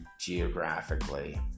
geographically